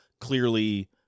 clearly